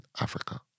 Africa